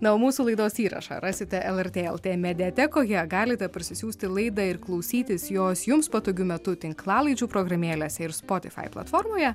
na o mūsų laidos įrašą rasite lrt lt mediatekoje galite parsisiųsti laidą ir klausytis jos jums patogiu metu tinklalaidžių programėlėse ir spotify platformoje